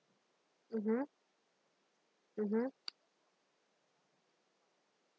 mmhmm mmhmm